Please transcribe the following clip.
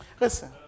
listen